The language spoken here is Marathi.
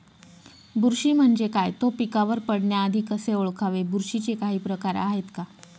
बुरशी म्हणजे काय? तो पिकावर पडण्याआधी कसे ओळखावे? बुरशीचे काही प्रकार आहेत का?